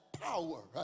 power